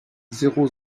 zéro